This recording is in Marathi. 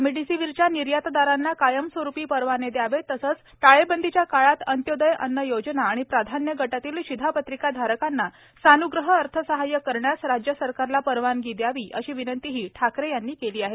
रेमडीसीव्हीरच्या निर्यातदारांना कायमस्वरूपी परवाने द्यावेत तसेच टाळेबंदीच्या काळात अंत्योदय अन्न योजना आणि प्राधान्य गटातील शिधापत्रिकाधारकांना सानुग्रह अर्थसहाय करण्यास राज्य सरकारला परवानगी द्यावी अशी विनंतीही ठाकरे यांनी केली आहे